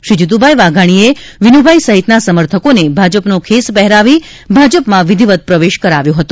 શ્રી જીતુભાઇ વાઘાગ઼ીએ વિનુભાઇ સહિતના સમર્થકોને ભાજપનો ખેસ પહેરાવી ભાજપમાં વિધિવત પ્રવેશ કરાવ્યો હતો